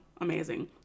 Amazing